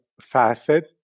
facet